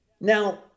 Now